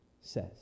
says